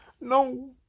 no